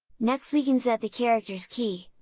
next we can set the characters key,